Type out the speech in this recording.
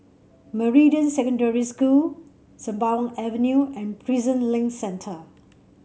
Meridian Secondary School Sembawang Avenue and Prison Link Centre